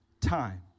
time